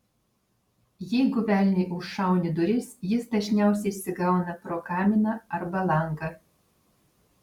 jeigu velniui užšauni duris jis dažniausiai įsigauna pro kaminą arba langą